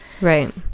Right